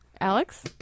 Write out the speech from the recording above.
Alex